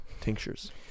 Tinctures